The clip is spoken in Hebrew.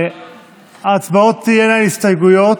ההצבעות תהיינה על ההסתייגויות